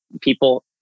people